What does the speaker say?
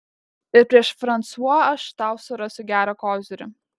ir prieš fransua aš tau surasiu gerą kozirį